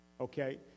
Okay